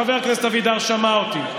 חבר הכנסת אבידר שמע אותי.